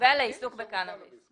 "ולעיסוק בקנאביס".